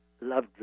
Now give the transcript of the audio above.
love